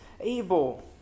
able